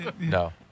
no